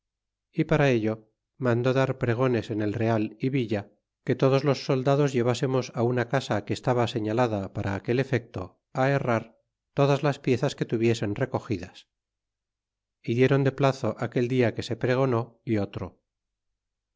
y para ello mandó dar pregones en el real ó villa que todos los soldados llevásemos á una casa que estaba señalada para aquel efecto herrar todas las piezas que tuviesen recogidas y diéron de plazo aquel día que se pregonó y otro